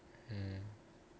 mm